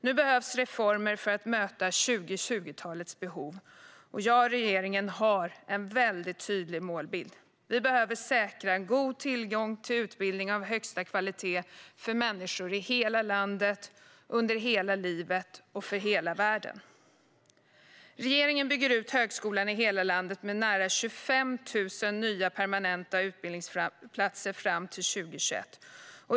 Nu behövs reformer för att möta 2020-talets behov, och jag och regeringen har en tydlig målbild: Vi behöver säkra god tillgång till utbildning av högsta kvalitet för människor i hela landet under hela livet och för hela världen. Regeringen bygger ut högskolan i hela landet med nära 25 000 nya permanenta utbildningsplatser fram till 2021.